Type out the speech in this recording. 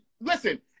Listen